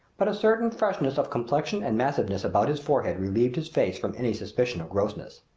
but a certain freshness of complexion and massiveness about his forehead relieved his face from any suspicion of grossness.